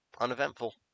uneventful